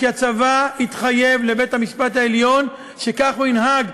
כי הצבא התחייב לבית-המשפט העליון שכך הוא ינהג,